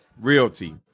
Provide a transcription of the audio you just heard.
Realty